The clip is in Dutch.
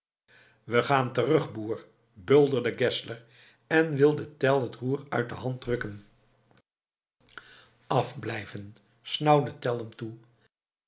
wij gaan terug boer bulderde geszler en wilde tell het roer uit de hand rukken afblijven snauwde tell hem toe